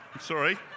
Sorry